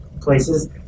places